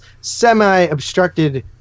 semi-obstructed